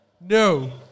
No